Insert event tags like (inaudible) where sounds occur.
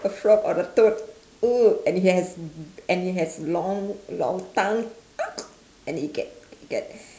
a frog or a toad !eww! and it has and it has long long tongue (noise) and it get it get